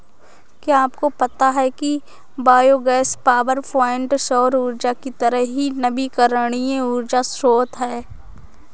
क्या आपको पता है कि बायोगैस पावरप्वाइंट सौर ऊर्जा की तरह ही नवीकरणीय ऊर्जा स्रोत है